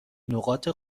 نقاط